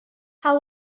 how